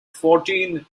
fourteen